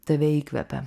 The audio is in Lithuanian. tave įkvepia